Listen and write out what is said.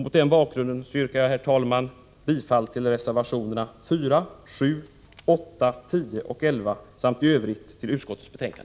Mot denna bakgrund yrkar jag, herr talman, bifall till reservationerna 4, 7, 8, 10 och 11 samt i övrigt bifall till utskottets hemställan.